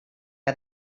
que